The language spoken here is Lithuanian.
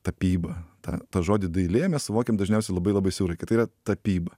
tapyba tą žodį dailė mes suvokiam dažniausiai labai labai siaurai kad tai yra tapyba